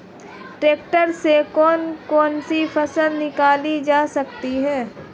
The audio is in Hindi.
ट्रैक्टर से कौन कौनसी फसल निकाली जा सकती हैं?